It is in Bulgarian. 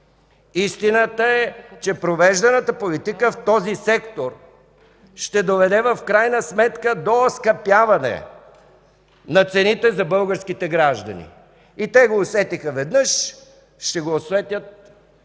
Истината е, че провежданата политика в този сектор ще доведе в крайна сметка до оскъпяване на цените за българските граждани и те го усетиха веднъж, ще го усетят